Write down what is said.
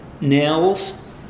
nails